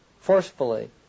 forcefully